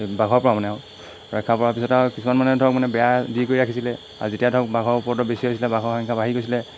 বাঘৰপৰা মানে ৰক্ষা পাৰ পিছত আৰু কিছুমান মানে ধৰক মানে বেৰা দি কৰি ৰাখিছিলে আৰু যেতিয়া ধৰক বাঘৰ উপদ্ৰৱ বেছি হৈছিলে বাঘৰ সংখ্যা বাঢ়ি গৈছিলে